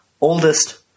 oldest